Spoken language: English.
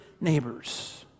neighbors